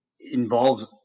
involves